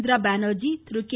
இந்திரா பானா்ஜி திரு கே